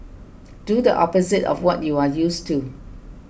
do the opposite of what you are used to